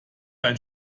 ein